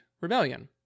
rebellion